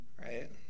right